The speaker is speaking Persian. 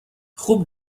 خوب